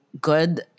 Good